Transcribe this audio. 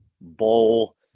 bowl